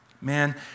Man